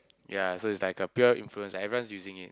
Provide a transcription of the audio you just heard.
ya so it's like a pure influence everyone's using it